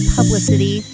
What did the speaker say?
Publicity